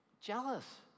jealous